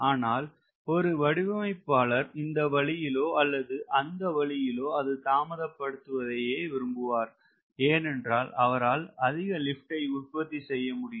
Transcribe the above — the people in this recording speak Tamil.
ஆனால் ஒரு வடிவமைப்பாளர் இந்த வழியிலோ அல்லது அந்த வழியிலோ அது தாமத படுவதையே விரும்புவர் ஏன் என்றால் அவரால் அதிக லிப்ட் ஐ உற்பத்தி செய்ய முடியும்